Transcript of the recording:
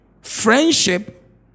Friendship